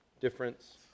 difference